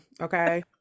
Okay